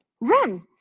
Run